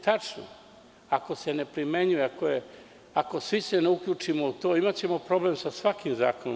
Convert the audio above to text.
Tačno je, ako se ne primenjuje, ako se svi ne uključimo u to, imaćemo problem sa svakim zakonom.